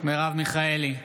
מרב מיכאלי,